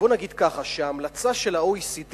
בואו ונגיד ככה: ההמלצה של ה-OECD